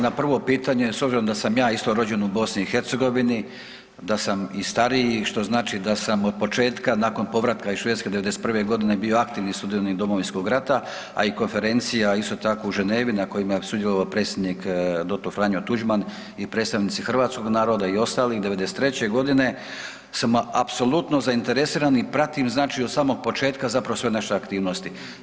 Na prvo pitanje, s obzirom da sam ja isto rođen u BiH, da sam i stariji, što znači da sam od početka nakon povratka iz Švedske '91.g. bio aktivni sudionik Domovinskog rata, a i Konferencija isto tako u Ženevi na kojima je sudjelovao predsjednik dr. Franjo Tuđman i predstavnici hrvatskog naroda i ostali '93.g. sam apsolutno zainteresiran i pratim znači od samog početka zapravo sve naše aktivnosti.